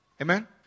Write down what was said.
Amen